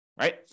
right